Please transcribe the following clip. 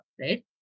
right